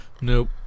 nope